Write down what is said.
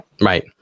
right